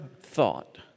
thought